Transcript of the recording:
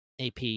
AP